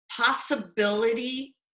possibility